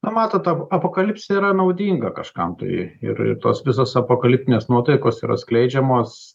na matote apokalipsė yra naudinga kažkam tai ir tos visos apokaliptinės nuotaikos yra skleidžiamos